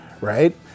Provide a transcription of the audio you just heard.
right